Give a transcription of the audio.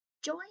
Joy